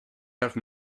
have